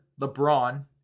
LeBron